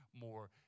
more